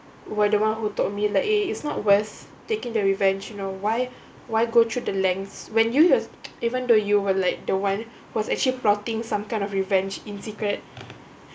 were the one who told me like eh it's not worth taking the revenge you know why why go through the lengths when you ya even though you were like the one was actually plotting some kind of revenge in secret